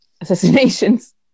assassinations